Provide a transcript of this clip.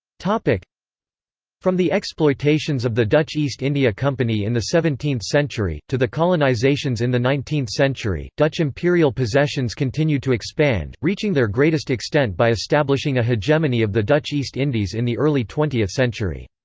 like from the exploitations of the dutch east india company in the seventeenth century, to the colonisations in the nineteenth century, dutch imperial possessions continued to expand, reaching their greatest extent by establishing a hegemony of the dutch east indies in the early twentieth century.